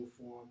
form